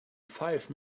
five